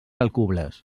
alcubles